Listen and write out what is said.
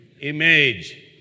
image